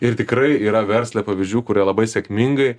ir tikrai yra versle pavyzdžių kurie labai sėkmingai